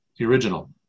original